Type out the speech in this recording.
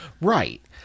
right